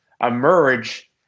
emerge